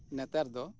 ᱱᱮᱛᱟᱨ ᱫᱚ